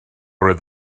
oedd